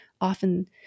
often